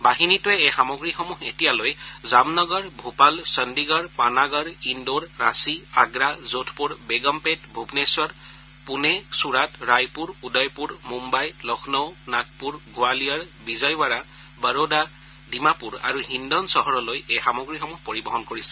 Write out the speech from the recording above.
বাহিনীটোৱে এই সামগ্ৰীসমূহ এতিয়ালৈ জামনগৰ ভূপাল চণ্ডীগড় পানাগৰ ইন্দোৰ ৰাঁচী আগ্ৰা যোধপুৰ বেগমপেট ভূবনেখৰ পুনে চূৰাত ৰায়পুৰ উদয়পুৰ মুম্বাই লক্ষ্ণৌ নাগপুৰ গোৱালিয়ৰ বিজয়ৱাড়া বৰোদা ডিমাপুৰ আৰু হিণ্ডন চহৰলৈ এই সামগ্ৰীসমূহ পৰিবহণ কৰিছে